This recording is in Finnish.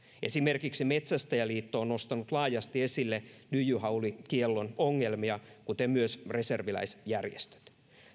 esimerkiksi metsästäjäliitto on nostanut laajasti esille lyijyhaulikiellon ongelmia kuten myös reserviläisjärjestöt